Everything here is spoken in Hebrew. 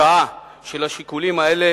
שעה שלשיקולים האלה